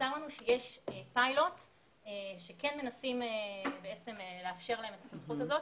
נמסר לנו שיש פיילוט שכן מנסים לאפשר להם את הסמכות הזו,